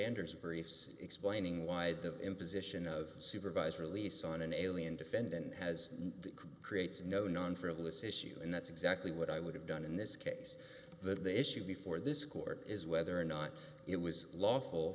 ender's briefs explaining why the imposition of supervised release on an alien defendant has the creates no non frivolous issue and that's exactly what i would have done in this case that the issue before this court is whether or not it was la